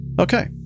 Okay